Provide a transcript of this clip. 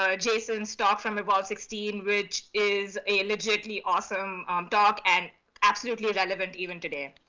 ah jason's talk from about sixteen, which is a legitly awesome um doc, and absolutely relevant even today.